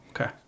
Okay